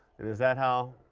and is that how